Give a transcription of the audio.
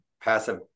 passive